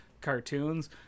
cartoons